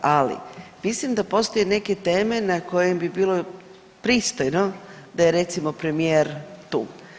Ali mislim da postoje neke teme na kojima bi bilo pristojno da je recimo premijer tu.